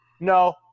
No